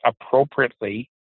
appropriately